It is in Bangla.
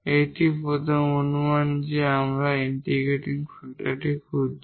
এটি আমাদের প্রথম অনুমান যে আমরা ইন্টিগ্রেটিং ফ্যাক্টর খুঁজছি